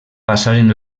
passaren